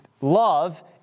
love